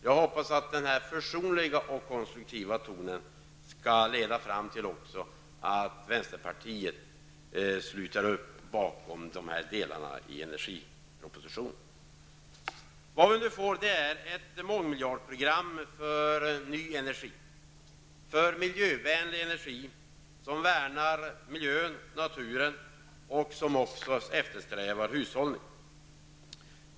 Jag hoppas att den försonliga och konstruktiva tonen skall leda fram till att också vänsterpartiet sluter upp bakom dessa delar i energipropositionen. Vi får nu ett mångmiljardprogram för ny energi, för miljövänlig energi som värnar miljön och naturen och som också eftersträvar hushållning.